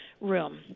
room